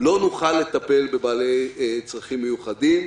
לא נוכל לטפל בבעלי צרכים מיוחדים.